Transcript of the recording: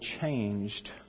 changed